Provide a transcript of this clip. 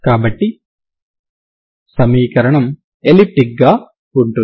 కాబట్టి సమీకరణం ఎలిప్టిక్ గా ఉంటుంది